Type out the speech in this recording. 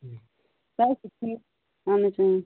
اَہن حَظ